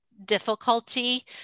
difficulty